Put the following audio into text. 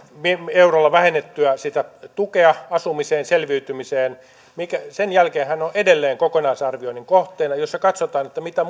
eurolla vähennettyä tukea asumiseen selviytymiseen sen jälkeen hän on edelleen kokonaisarvioinnin kohteena jossa katsotaan mitä